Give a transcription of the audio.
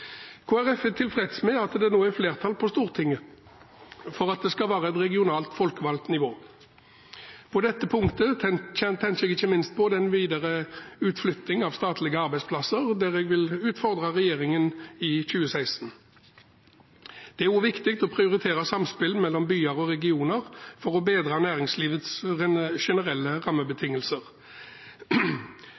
Folkeparti er tilfreds med at det nå er flertall på Stortinget for at det skal være et regionalt folkevalgt nivå. På dette punktet tenker jeg ikke minst på den videre utflytting av statlige arbeidsplasser, der jeg vil utfordre regjeringen i 2016. Det er også viktig å prioritere samspill mellom byer og regioner for å bedre næringslivets generelle rammebetingelser.